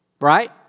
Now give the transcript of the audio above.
Right